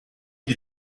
you